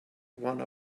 one